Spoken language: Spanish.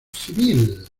civil